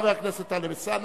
חבר הכנסת טלב אלסאנע,